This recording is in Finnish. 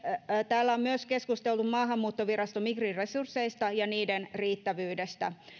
täällä on myös keskusteltu maahanmuuttovirasto migrin resursseista ja niiden riittävyydestä